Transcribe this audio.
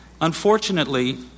Unfortunately